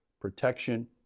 protection